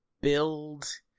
build